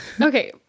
okay